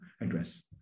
address